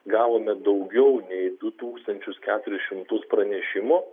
gavome daugiau nei du tūkstančius keturis šimtus pranešimų